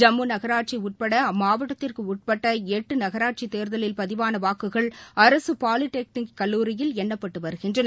ஜம்மு நகராட்சி உட்பட அம்மாவட்டத்திற்கு உட்பட்ட எட்டு நகராட்சி தேர்தலில் பதிவான வாக்குகள் அரசு பாலிடெக்னிக் கல்லூரியில் எண்ணப்பட்டு வருகின்றன